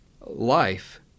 life